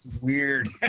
weird